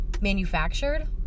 manufactured